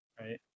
right